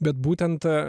bet būtent